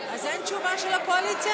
אז אין תשובה של הקואליציה?